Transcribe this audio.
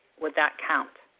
would that count?